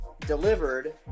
delivered